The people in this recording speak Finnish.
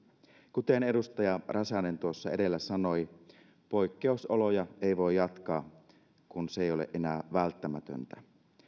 kuten edustaja räsänen tuossa edellä sanoi poikkeusoloja ei voida jatkaa kun se ei ole enää välttämätöntä